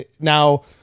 Now